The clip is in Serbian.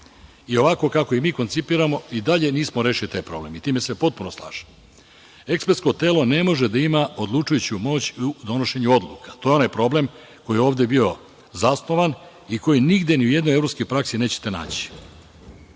i ovako kako ih mi koncipiramo, i dalje nismo rešili taj problem i sa time se potpuno slažem. Ekspertsko telo ne može da ima odlučujuću moć u donošenju odluka. To je onaj problem koji je ovde bio zasnovan i koji nigde ni u jednoj evropskoj praksi nećete naći.